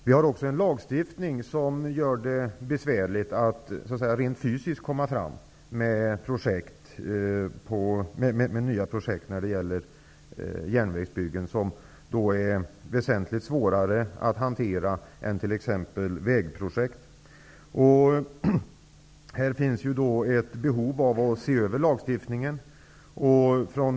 Vi har också en lagstiftning som gör det besvärligt att rent konkret komma fram med nya projekt för järnvägsbyggen. De är väsentligt svårare att hantera än t.ex. vägprojekt. Här finns ett behov av att se över lagstiftningen.